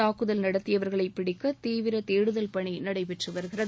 தாக்குதல் நடத்தியவர்களை பிடிக்க தீவிர தேடுதல் பணி நடைபெற்று வருகிறது